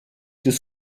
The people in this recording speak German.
des